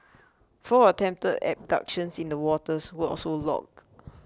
four attempted abductions in the waters were also logged